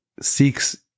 seeks